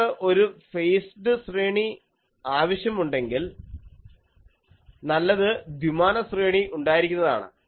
നമുക്ക് ഒരു ഫേസ്ഡ് ശ്രേണി ആവശ്യമുണ്ടെങ്കിൽ നല്ലത് ദ്വിമാന ശ്രേണി ഉണ്ടായിരിക്കുന്നതാണ്